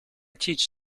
teach